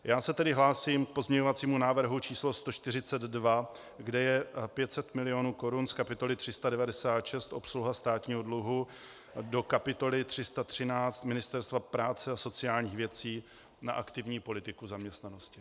Já se tedy hlásím k pozměňovacímu návrhu číslo 142, kde je 500 mil. korun z kapitoly 396 Obsluha státního dluhu do kapitoly 313 Ministerstvo práce a sociálních věcí na aktivní politiku zaměstnanosti.